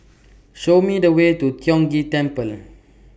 Show Me The Way to Tiong Ghee Temple